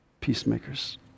Peacemakers